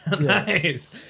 nice